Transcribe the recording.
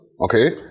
okay